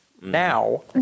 now